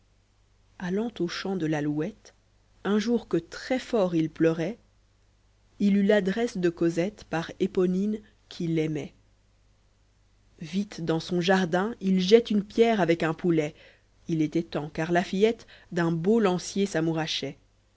allant au champ de l'alouette un jour que très-fort il pleurait il eut l'adresse de cosette par eponine qui l'aimait vite dans son jardin il jette une pierre avec un poulet était temps car la fillette d'un beau lancier s'amourachait